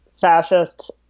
fascists